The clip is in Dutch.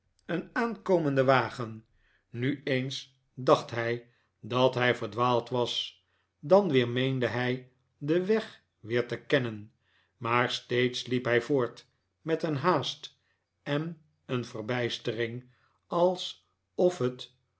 een aankomenden wagen nu eens dacht hij dat hij verdwaald was dan weer meende hij den weg weer te kennen maar steeds liep hij voort met een haast en een verbijstering alsof net